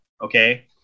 okay